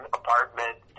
apartment